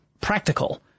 practical